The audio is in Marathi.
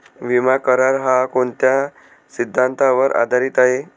विमा करार, हा कोणत्या सिद्धांतावर आधारीत आहे?